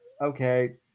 okay